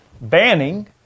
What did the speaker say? banning